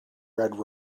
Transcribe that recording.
red